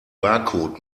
barcode